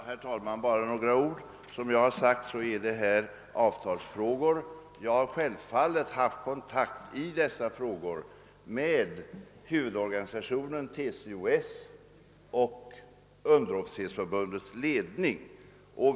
Herr talman! Som jag redan har sagt gäller det här avtalsfrågor. Jag har självfallet haft kontakt med huvudorganisationen TCO-S och Underofficersförbundets ledning.